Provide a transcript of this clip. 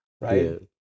right